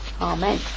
Amen